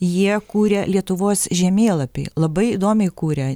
jie kūrė lietuvos žemėlapį labai įdomiai kūrė